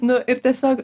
nu ir tiesiog